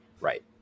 Right